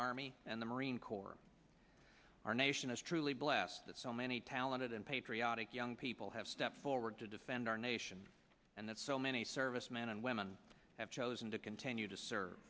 army and the marine corps our nation is truly blessed that so many talented and patriotic young people have stepped forward to defend our nation and that so many servicemen and women have chosen to continue to serve